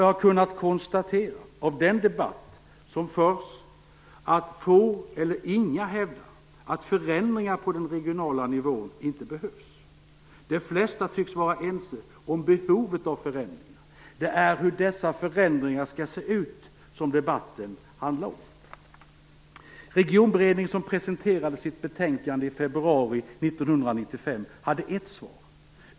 Jag har kunnat konstatera av den debatt som förts att få eller inga hävdar att förändringar på den regionala nivån inte behövs. De flesta tycks vara ense om behovet av förändringar. Det är hur dessa förändringar skall se ut som debatten handlar om. Regionberedningen, som presenterade sitt betänkande i februari 1995 hade ett svar.